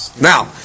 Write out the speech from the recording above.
Now